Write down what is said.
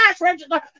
register